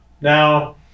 Now